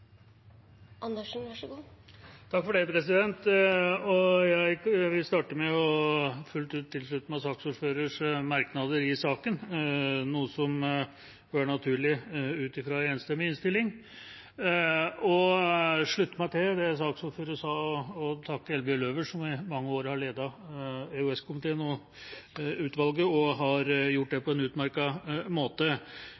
Jeg vil starte med fullt ut å slutte meg til saksordførerens merknader i saken, noe som bør være naturlig ut fra en enstemmig innstilling. Jeg vil også slutte meg til det saksordføreren sa, og takke Eldbjørg Løwer, som i mange år har ledet EOS-utvalget, og har gjort det